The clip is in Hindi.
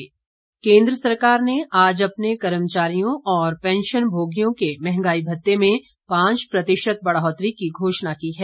महंगाई भत्ता केन्द्र सरकार ने आज अपने कर्मचारियों और पेंशनभोगियों के महंगाई भत्ते में पांच प्रतिशत बढ़ोतरी की घोषणा की है